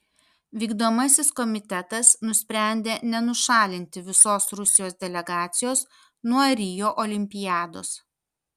vykdomasis komitetas nusprendė nenušalinti visos rusijos delegacijos nuo rio olimpiados